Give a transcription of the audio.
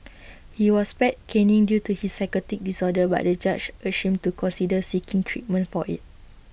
he was spared caning due to his psychotic disorder but the judge urged him to consider seeking treatment for IT